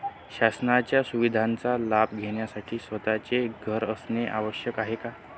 शासनाच्या सुविधांचा लाभ घेण्यासाठी स्वतःचे घर असणे आवश्यक आहे का?